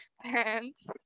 pants